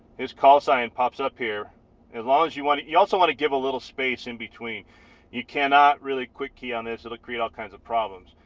his callsign pops up here as long as you want you also want to give a little space in between you cannot really quick key on this it'll create all kinds of problems,